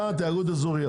אתה תאגוד אזורי,